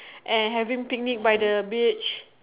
and having picnic by the beach